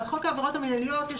חוק העבירות המנהליות,